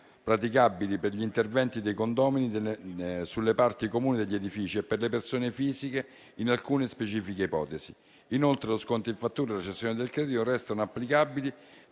praticabili per gli interventi dei condomini sulle parti comuni degli edifici e per le persone fisiche in alcune specifiche ipotesi. Inoltre lo sconto in fattura e la cessione del credito restano applicabili